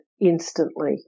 instantly